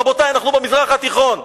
רבותי, אנחנו במזרח התיכון.